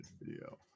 video